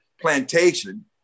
plantation